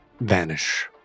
vanish